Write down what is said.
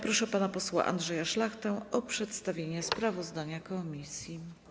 Proszę pana posła Andrzeja Szlachtę o przedstawienie sprawozdania komisji.